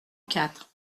quatre